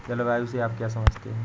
जलवायु से आप क्या समझते हैं?